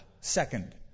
second